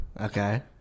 Okay